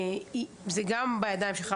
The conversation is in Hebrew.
זה גם בידיים שלך.